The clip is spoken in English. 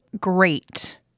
great